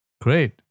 Great